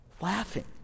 Laughing